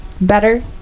better